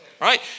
right